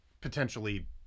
potentially